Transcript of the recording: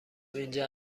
اینجا